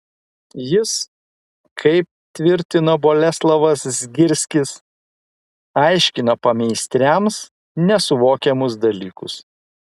jis kaip tvirtino boleslovas zgirskis aiškino pameistriams nesuvokiamus dalykus